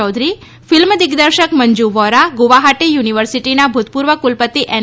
Chaudhary film દિગ્દર્શક મંજ વોરા ગુવાહાટી યુનિવર્સિટીના ભૂતપૂર્વ કુલપતિ એન